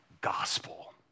gospel